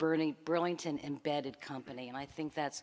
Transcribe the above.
burning burlington embedded company and i think that's